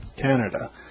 Canada